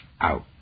Out